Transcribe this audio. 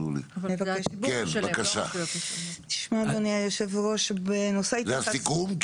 אדוני היושב ראש --- זה הסיכום?